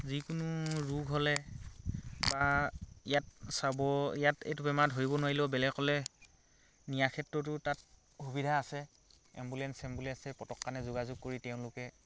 যিকোনো ৰোগ হ'লে বা ইয়াত চাব ইয়াত এইটো বেমাৰ ধৰিব নোৱাৰিলেও বেলেগলৈ নিয়াৰ ক্ষেত্ৰতো তাত সুবিধা আছে এম্বুলেঞ্চ চেম্বুলেঞ্চে পটককেনে যোগাযোগ কৰি তেওঁলোকে